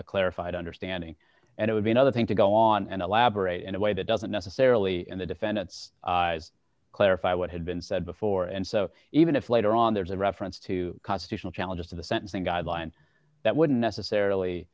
a clarified understanding and it would be another thing to go on and elaborate in a way that doesn't necessarily in the defendant's clarify what had been said before and so even if later on there's a reference to constitutional challenges to the sentencing guideline that wouldn't necessarily